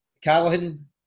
Callaghan